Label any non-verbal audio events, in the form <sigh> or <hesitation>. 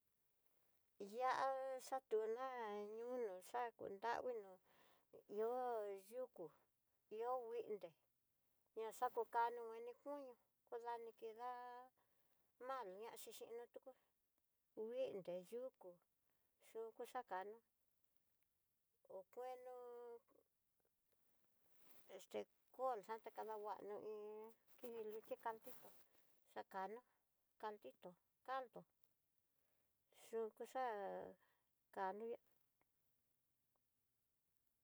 Ihá xatuná ñuu nu xakú nrakui nó'o ihó yukú, ihó nguindé ña xakunanió vani kuñú kudani kidá mal ñaxi xiná tuku kuindé yukú yuku xakani o kueno este <hesitation> cool jan xa takanguanró iin kidi lú xhikantitó xakana caldito caldo yuku xaá kanuyá'a.